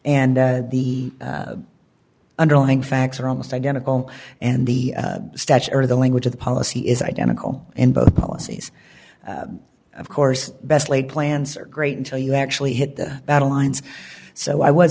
and the underlying facts are almost identical and the statute or the language of the policy is identical in both policies of course best laid plans are great until you actually hit the battle lines so i was